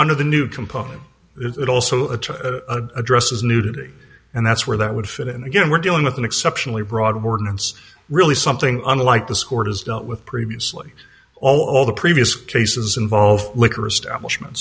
under the new component is it also a dress as nudity and that's where that would fit in again we're dealing with an exceptionally broad ordinance really something unlike this court has dealt with previously all all the previous cases involve liquor establishment